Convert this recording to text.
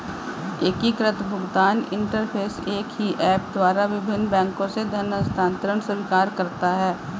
एकीकृत भुगतान इंटरफ़ेस एक ही ऐप द्वारा विभिन्न बैंकों से धन हस्तांतरण स्वीकार करता है